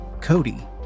Cody